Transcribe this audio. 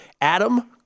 Adam